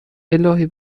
االهی